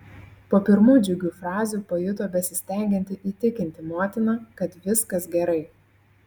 po pirmų džiugių frazių pajuto besistengianti įtikinti motiną kad viskas gerai